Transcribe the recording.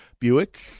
Buick